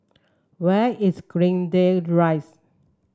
where is Greendale Rise